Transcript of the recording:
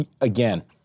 again